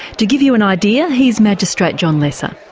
to give you an idea here's magistrate john lesser.